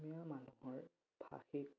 অসমীয়া মানুহৰ ভাষিক